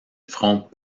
front